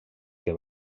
que